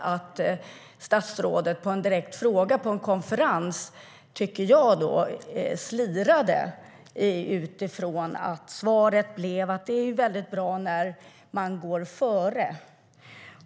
Jag tyckte att statsrådet på en direkt fråga på en konferens slirade på svaret, att det är mycket bra när man går före.